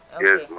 Yes